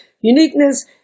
uniqueness